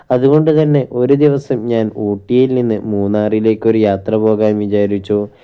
അതുകൊണ്ട് തന്നെ ഒരു ദിവസം ഞാൻ ഊട്ടിയിൽ നിന്ന് മൂന്നാറിലേക്ക് ഒരു യാത്ര പോകാൻ വിചാരിച്ചു